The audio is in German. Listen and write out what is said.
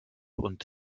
und